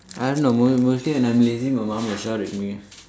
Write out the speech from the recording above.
I don't know mo~ mostly when I'm lazy my mum would shout at me